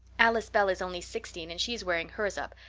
alice bell is only sixteen and she is wearing hers up,